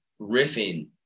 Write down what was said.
riffing